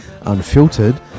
Unfiltered